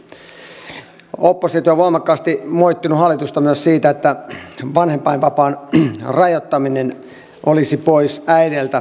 oppositio on voimakkaasti moittinut hallitusta myös siitä että vanhempainvapaan rajoittaminen olisi pois äideiltä